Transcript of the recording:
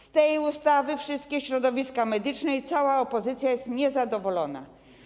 Z tej ustawy wszystkie środowiska medyczne i cała opozycja są niezadowolone.